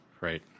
Right